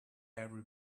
every